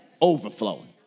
Overflowing